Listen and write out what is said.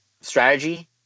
Strategy